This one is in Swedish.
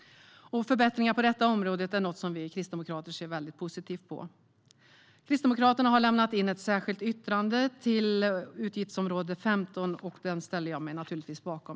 Förbättringar på detta område är något som vi kristdemokrater ser väldigt positivt på. Kristdemokraterna har lämnat in ett särskilt yttrande under utgiftsområde 15, och detta ställer jag mig naturligtvis bakom.